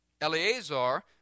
Eleazar